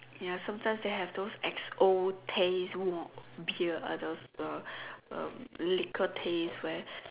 ya sometimes they have those X_O taste beer uh the the um liquor taste where